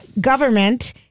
government